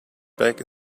back